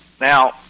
now